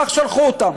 כך שלחו אותם.